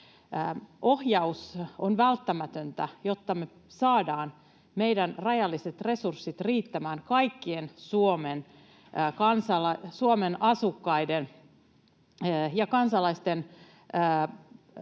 Ohjaus on välttämätöntä, jotta me saadaan meidän rajalliset resurssit riittämään kaikkien Suomen asukkaiden ja kansalaisten sote-